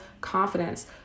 confidence